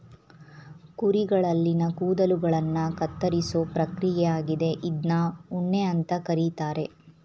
ಕುರಿಗಳಲ್ಲಿನ ಕೂದಲುಗಳನ್ನ ಕತ್ತರಿಸೋ ಪ್ರಕ್ರಿಯೆ ಆಗಿದೆ ಇದ್ನ ಉಣ್ಣೆ ಅಂತ ಕರೀತಾರೆ